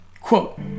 Quote